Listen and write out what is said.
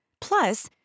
Plus